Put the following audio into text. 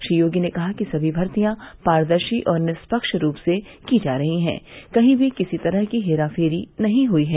श्री योगी ने कहा कि समी भर्तियाँ पारदर्शी और निष्पक्ष रूप से की जा रही हैं कहीं भी किसी तरह की हेराफेरी नहीं हई है